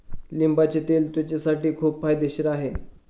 लिंबाचे तेल त्वचेसाठीही खूप फायदेशीर आहे